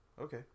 okay